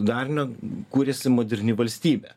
darinio kūrėsi moderni valstybė